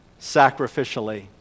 sacrificially